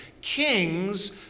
Kings